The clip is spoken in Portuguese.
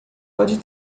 pode